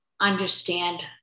understand